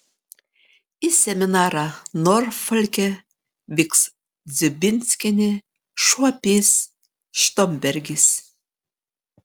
į seminarą norfolke vyks dziubinskienė šuopys štombergis